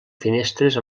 finestres